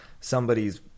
somebody's